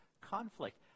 conflict